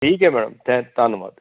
ਠੀਕ ਹੈ ਮੈਡਮ ਥੈ ਧੰਨਵਾਦ